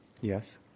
Yes